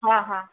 हां हां